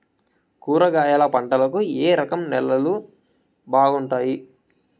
కూరగాయల పంటలకు ఏ రకం నేలలు బాగుంటాయి?